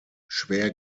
schwer